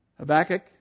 Habakkuk